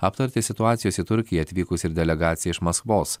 aptarti situacijos į turkiją atvykusi delegacija iš maskvos